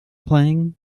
playing